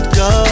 go